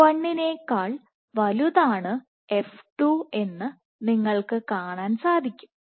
f 1 നേക്കാൾ വലുതാണ് f2 എന്ന് നിങ്ങൾക്ക് കാണാൻ സാധിക്കും